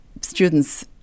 students